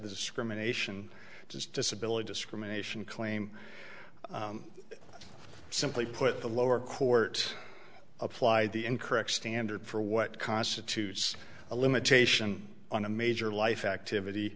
discrimination does disability discrimination claim simply put the lower court applied the incorrect standard for what constitutes a limitation on a major life activity